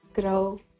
grow